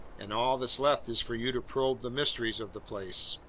and all that's left is for you to probe the mysteries of the place.